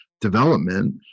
development